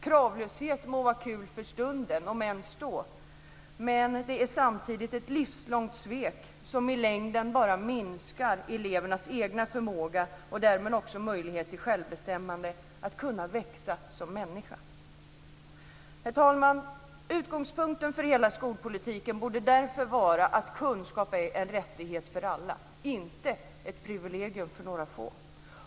Kravlöshet må vara kul för stunden, om ens då, men det är samtidigt ett livslångt svek som i längden bara minskar elevernas egna förmåga och därmed också möjlighet att själva bestämma och att växa som människor. Herr talman! Utgångspunkten för hela skolpolitiken borde därför vara att kunskap är en rättighet för alla och inte ett privilegium för några få.